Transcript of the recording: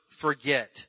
forget